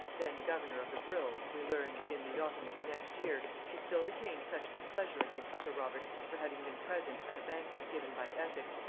then governor of the brill, we learn, that in the autumn of the next year she still retained such displeasure against sir robert for having been present at a banquet given by essex,